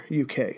UK